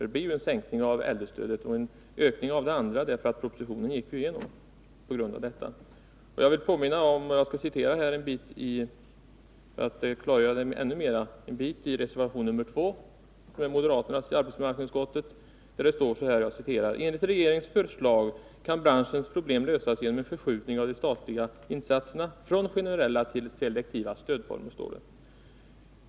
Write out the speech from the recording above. Det blir en sänkning av äldrestödet och en ökning av det andra stödet eftersom propositionens förslag nu kommer att gå igenom. För att ytterligare klargöra moderaternas agerande skall jag citera en bit av reservation 2 från moderaterna i arbetsmarknadsutskottet: ”Enligt regeringens förslag kan branschens problem lösas genom en förskjutning av de statliga insatserna från generella till selektiva stödformer.